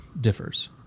differs